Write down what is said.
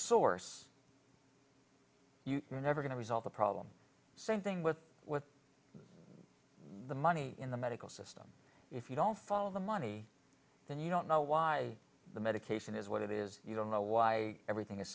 source you're never going to resolve the problem same thing with with the money in the medical system if you don't follow the money then you don't know why the medication is what it is you don't know why everything is